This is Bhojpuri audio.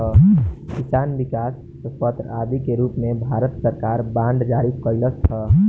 किसान विकास पत्र आदि के रूप में भारत सरकार बांड जारी कईलस ह